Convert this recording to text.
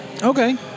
Okay